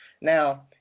Now